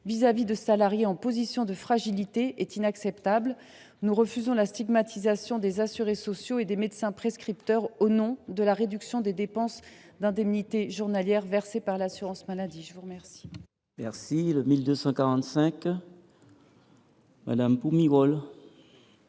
précariser des salariés en position de fragilité est inacceptable. Nous refusons la stigmatisation des assurés sociaux et des médecins prescripteurs au nom de la réduction des dépenses au titre des indemnités journalières versées par l’assurance maladie. La parole